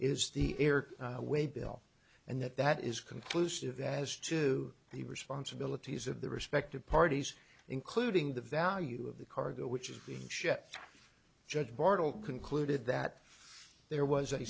is the air way bill and that that is conclusive as to the responsibilities of the respective parties including the value of the cargo which is being shipped judge bartol concluded that there was a